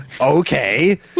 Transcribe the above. Okay